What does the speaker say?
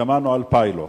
כשאמרנו על פיילוט,